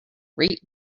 rate